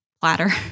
platter